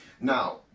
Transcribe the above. Now